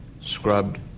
scrubbed